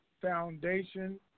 foundation